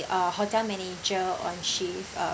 uh hotel manager on shift uh